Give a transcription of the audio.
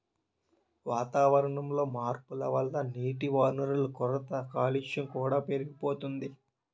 వాతావరణంలో మార్పుల వల్ల నీటివనరుల కొరత, కాలుష్యం కూడా పెరిగిపోతోంది